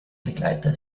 begleiter